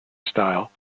style